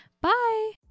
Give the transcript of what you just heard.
Bye